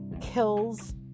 kills